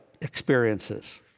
experiences